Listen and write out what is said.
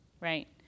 right